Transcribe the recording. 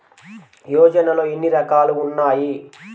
యోజనలో ఏన్ని రకాలు ఉన్నాయి?